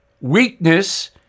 Weakness